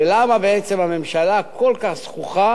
ולמה הממשלה כל כך זחוחה